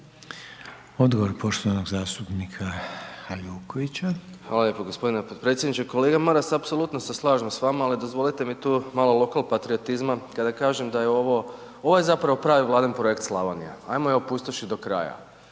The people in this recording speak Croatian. Odgovor poštovanog zastupnika Hajdukovića. **Hajduković, Domagoj (SDP)** Hvala lijepo gospodine potpredsjedniče. Kolega Maras, apsolutno se slažem s vama ali dozvolite mi tu malo lokal patriotizma kada kažem da je ovo, ovo je zapravo pravi Vladin projekt Slavonija, ajmo je opustošiti do kraja.